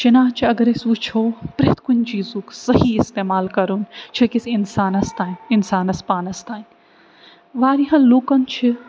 چناچہ اگر أسۍ وُچھَو پرٛتھ کُنہِ چیٖزُک صحیح اِستعمال کَرُن چھُ أکِس اِنسانَس تانۍ اِنسانَس پانَس تانۍ واریاہَن لوٗکَن چھِ